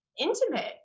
intimate